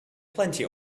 plenty